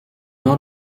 not